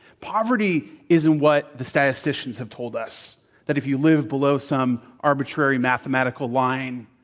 poverty isn't what the statisticians have told us, that if you live below some arbitrary mathematical line,